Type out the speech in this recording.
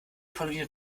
pauline